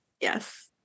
Yes